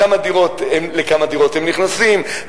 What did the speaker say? לכמה דירות הם נכנסים,